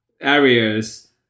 areas